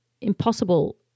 impossible